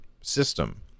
system